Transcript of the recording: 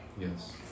Yes